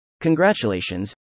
Congratulations